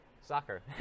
Soccer